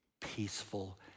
peaceful